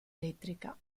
elettrica